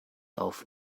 auf